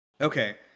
Okay